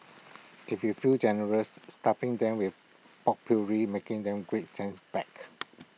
if you feel generous stuffing them with potpourri making them great scent back